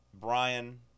Brian